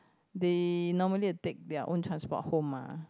they normally take their own transport home mah